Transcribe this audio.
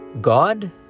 God